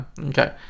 okay